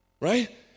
right